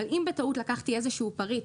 אבל אם בטעות לקחתי איזשהו פריט